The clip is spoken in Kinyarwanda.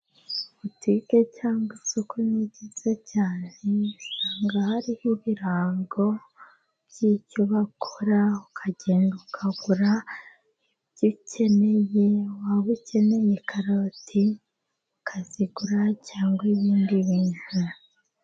Butike cyangwa isoko ni byiza cyane， usanga hariho ibirango by'icyo bakora， ukagenda ukagura ibyo ukeneye， waba ukeneye karoti ukazigura， cyangwa ibindi bintu.